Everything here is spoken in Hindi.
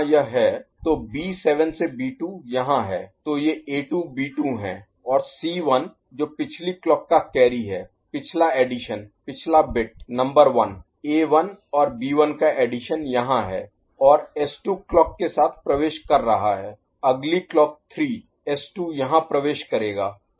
तो B7 से B2 यहां है तो ये A2 B2 हैं और C1 जो पिछली क्लॉक का कैरी है पिछला एडिशन पिछला बिट नंबर 1 A1 और B1 का एडिशन यहां है और S2 क्लॉक के साथ प्रवेश कर रहा है अगली क्लॉक 3 S2 यहां प्रवेश करेगा